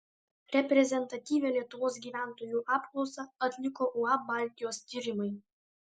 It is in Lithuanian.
reprezentatyvią lietuvos gyventojų apklausą atliko uab baltijos tyrimai